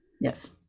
yes